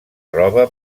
roba